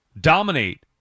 dominate